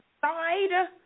side